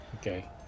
Okay